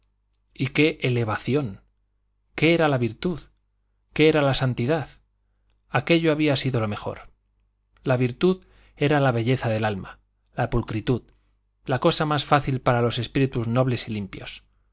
y qué elevación qué era la virtud qué era la santidad aquello había sido lo mejor la virtud era la belleza del alma la pulcritud la cosa más fácil para los espíritus nobles y limpios